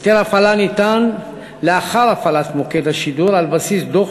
היתר הפעלה ניתן לאחר הפעלת מוקד השידור על בסיס דוח